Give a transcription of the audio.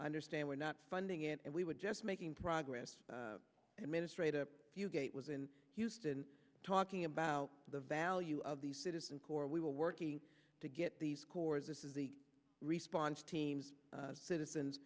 understand we're not funding it and we were just making progress and ministre to gate was in houston talking about the value of the citizen corps we were working to get these corps this is the response team citizens